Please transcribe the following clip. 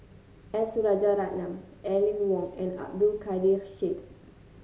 S Rajaratnam Aline Wong and Abdul Kadir Syed